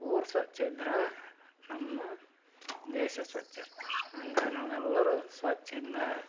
ಊರು ಸ್ವಚ್ಛ ಇದ್ರೆ ನಮ್ಮ ದೇಶ ಸ್ವಚ್ಛ ಇರ್ತೆ ಹಂಗಾಗ್ ನಾವೆಲ್ಲರೂ ಸ್ವಚ್ಛಿಂದ